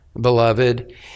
beloved